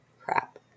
crap